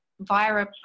via